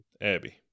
abby